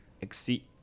exceed